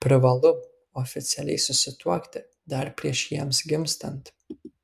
privalu oficialiai susituokti dar prieš jiems gimstant